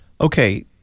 Okay